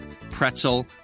pretzel